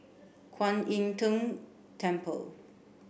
Kwan Im Tng Temple